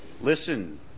listen